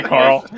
Carl